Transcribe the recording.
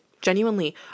Genuinely